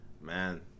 Man